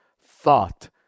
thought